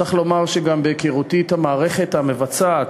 צריך לומר שגם בהיכרותי את המערכת המבצעת,